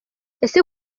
ese